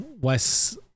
Wes